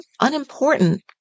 unimportant